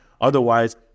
Otherwise